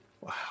Wow